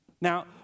Now